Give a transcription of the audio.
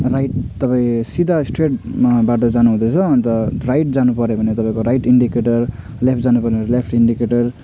right तपाईँ सिधा straight बाटो जानु हुँदैछ अन्त राइट जानु पऱ्यो भने तपाईँको राइट इन्डिकेटर लेफ्ट जानु पऱ्यो भने लेफ्ट इन्डिकेटर